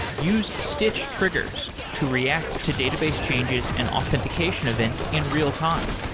use stitch triggers to react to database changes and authentication events in real-time.